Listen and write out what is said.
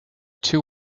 two